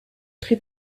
très